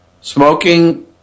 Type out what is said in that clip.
smoking